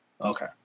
Okay